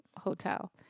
hotel